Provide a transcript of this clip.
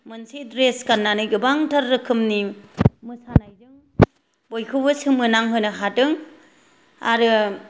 मोनसे द्रेस गान्नानै गोबांथार रोखोमनि मोसानायजों बयखौबो सोमोनांहोनो हादों आरो